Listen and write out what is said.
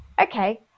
okay